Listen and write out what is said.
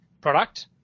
product